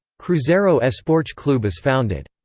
cruzeiro esporte clube is founded.